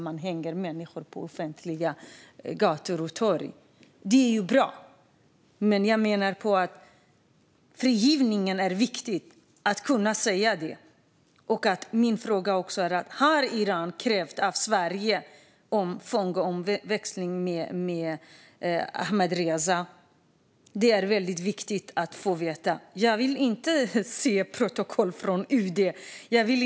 Man hänger människor offentligt på gator och torg. Det vore bra. Men jag menar att frigivningen är viktig, och det är viktigt att kunna säga det. Jag undrar också om Iran har ställt krav på Sverige om fångutväxling med Ahmadreza. Det är viktigt att få veta. Jag vill inte se protokoll från UD.